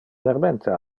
vermente